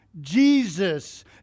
Jesus